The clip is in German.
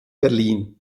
berlin